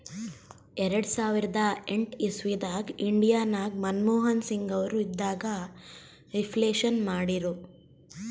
ಎರಡು ಸಾವಿರದ ಎಂಟ್ ಇಸವಿದಾಗ್ ಇಂಡಿಯಾ ನಾಗ್ ಮನಮೋಹನ್ ಸಿಂಗ್ ಅವರು ಇದ್ದಾಗ ರಿಫ್ಲೇಷನ್ ಮಾಡಿರು